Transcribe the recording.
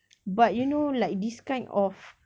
but you know like this kind of